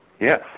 Yes